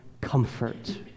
comfort